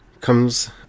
comes